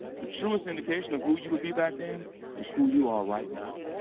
the truest indication of who you would be back then is who you are right now.